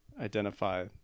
identify